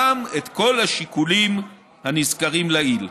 גם את כל השיקולים הנזכרים לעיל.